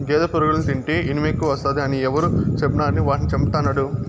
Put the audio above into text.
గేదె పురుగుల్ని తింటే ఇనుమెక్కువస్తాది అని ఎవరు చెప్పినారని వాటిని చంపతండాడు